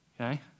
Okay